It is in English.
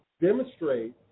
demonstrate